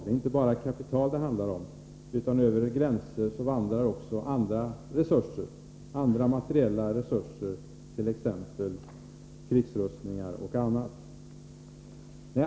Det är inte bara kapital det handlar om, utan över gränser vandrar också andra materiella resurser, t.ex. när det gäller krigsrustningar.